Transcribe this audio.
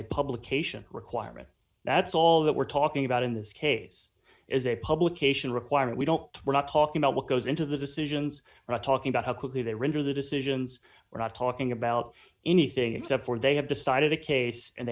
a publication requirement that's all that we're talking about in this case is a publication requirement we don't we're not talking about what goes into the decisions we're not talking about how quickly they render the decisions we're not talking about anything except for they have decided the case and